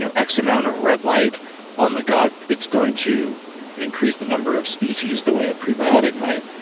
you know x amount of red light on the gut, it's going to increase the number of species the way a prebiotic might.